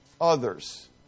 others